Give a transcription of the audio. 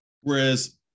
Whereas